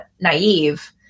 naive